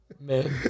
Man